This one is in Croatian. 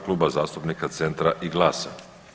Kluba zastupnika Centra i GLAS-a.